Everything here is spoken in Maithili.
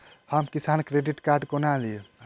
हम किसान क्रेडिट कार्ड कोना ली?